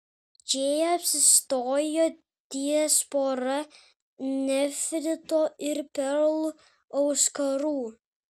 džėja apsistojo ties pora nefrito ir perlų auskarų